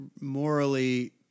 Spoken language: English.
morally